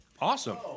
Awesome